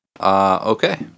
Okay